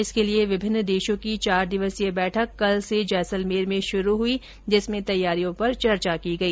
इसके लिए विभिन्न देशों की चार दिवसीय बैठक कल से जैसलमेर में शुरू हुई जिसमें तैयारियों पर चर्चा की गई